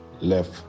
left